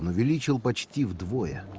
the legal but so heir,